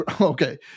Okay